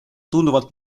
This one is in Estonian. tunduvalt